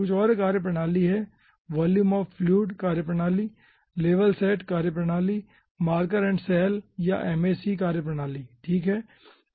कुछ और कार्यप्रणाली है वॉल्यूम ऑफ़ फ्लुइड कार्यप्रणाली लेवल सेट कार्यप्रणाली मार्कर एंड सैल या MAC कार्यप्रणाली ठीक हैं